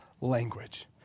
Language